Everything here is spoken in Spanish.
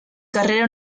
carrera